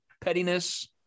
pettiness